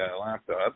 laptop